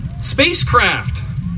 spacecraft